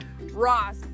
Ross